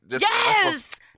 Yes